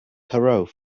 perrault